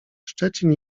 szczecin